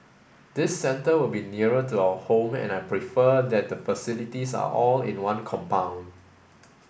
this centre will be nearer to our home and I prefer that the facilities are all in one compound